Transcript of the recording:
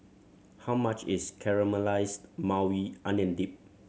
how much is Caramelized Maui Onion Dip